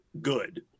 good